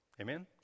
Amen